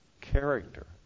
character